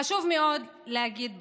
חשוב מאוד להגיד בסוף: